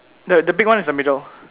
the the big one is the middle